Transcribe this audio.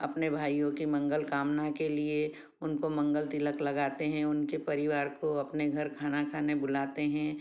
अपने भाइयों के मंगल कामना के लिए उनको मंगल तिलक लगाते हैं उनके परिवार को अपने घर खाना खाने बुलाते हैं